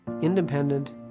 Independent